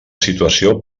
situació